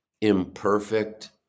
imperfect